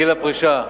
גיל הפרישה,